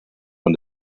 von